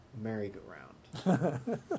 merry-go-round